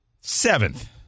Seventh